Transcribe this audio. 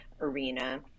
arena